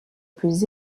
plus